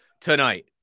tonight